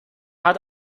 hat